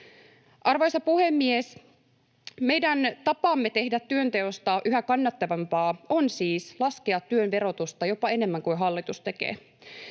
Arvoisa puhemies! Meidän tapamme tehdä työnteosta yhä kannattavampaa on siis laskea työn verotusta jopa enemmän kuin hallitus tekee.